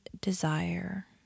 desire